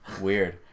Weird